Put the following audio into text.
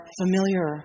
familiar